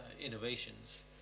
innovations